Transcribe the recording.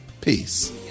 peace